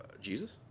Jesus